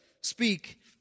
speak